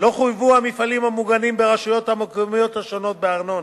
לא חויבו המפעלים המוגנים ברשויות המקומיות השונות בארנונה,